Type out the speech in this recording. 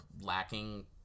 lacking